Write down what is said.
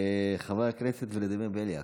חבר הכנסת ולדימיר בליאק.